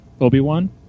Obi-Wan